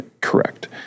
correct